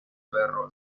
perro